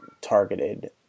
targeted